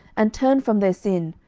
and turn from their sin,